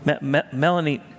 Melanie